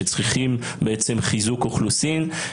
שצריכים בעצם חיזוק אוכלוסין.